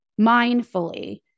mindfully